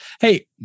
hey